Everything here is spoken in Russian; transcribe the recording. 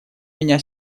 меня